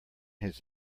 his